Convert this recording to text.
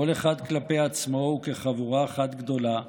כל אחד כלפי עצמו וכחבורה אחת גדולה,